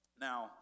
Now